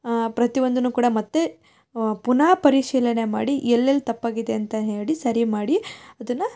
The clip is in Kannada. ಪ್ರತಿ ಒಂದನ್ನು ಕೂಡ ಮತ್ತು ಪುನಃ ಪರಿಶೀಲನೆ ಮಾಡಿ ಎಲ್ಲೆಲ್ಲಿ ತಪ್ಪಾಗಿದೆ ಅಂತ ಹೇಳಿ ಸರಿ ಮಾಡಿ ಅದನ್ನು